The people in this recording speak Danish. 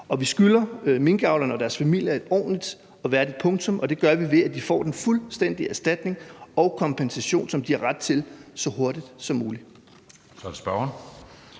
Vi skylder minkavlerne og deres familier et ordentligt og værdigt punktum, og det gør vi, ved at de får den fulde erstatning og kompensation, som de har ret til, så hurtigt som muligt.